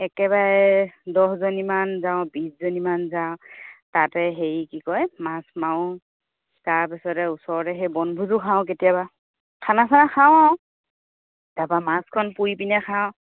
একেবাৰে দহজনীমান যাওঁ বিছজনীমান যাওঁ তাতে হেৰি কি কয় মাছ মাৰো তাৰপিছতে ওচৰতে সেই বনভোজো খাওঁ কেতিয়াবা খানা চানা খাওঁ আৰু তাৰাপা মাছখন পুৰি পিনে খাওঁ